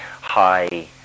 high